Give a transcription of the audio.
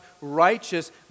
righteous